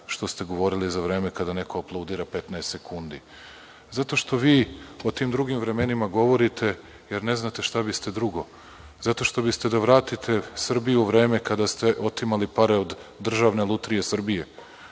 što ste govorili za vreme kada neko aplaudira 15 sekundi. Zato što vi o tim drugim vremenima govorite jer ne znate šta biste drugo, zato što biste da vratite Srbiju u vreme kada ste otimali pare od Državne lutrije Srbije.